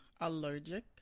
allergic